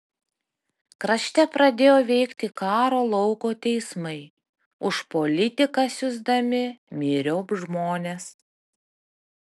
krašte pradėjo veikti karo lauko teismai už politiką siųsdami myriop žmones